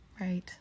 right